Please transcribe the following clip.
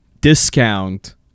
discount